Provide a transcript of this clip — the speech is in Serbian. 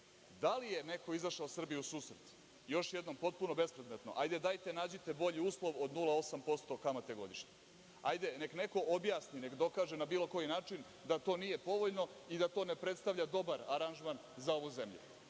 Da li je neko izašao Srbiji u susret? Još jednom, potpuno bespredmetno, hajde dajte nađite bolji uslov od 0,8% kamate godišnje. Neka neko objasni, neka dokaže na bilo koji način da to nije povoljno i da to ne predstavlja dobar aranžman za ovu zemlju.